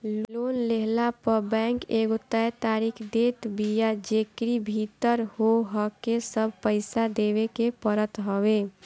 loan लेहला पअ bank एगो तय तारीख देत बिया जेकरी भीतर होहके सब पईसा देवे के पड़त हवे